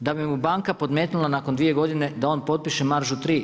da bi mu banka podmetnula nakon dvije godine da on potpiše maržu tri.